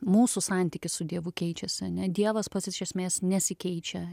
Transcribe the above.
mūsų santykis su dievu keičiasi ane dievas pats iš esmės nesikeičia